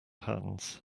hands